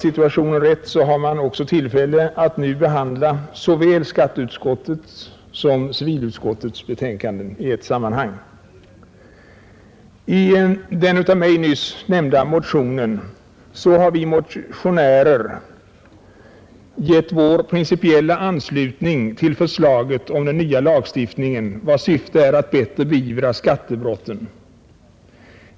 I denna motion har vi motionärer gett vår principiella anslutning till förslaget om den nya skattelagstiftningen, vars syfte är att bättre beivra skattebrotten.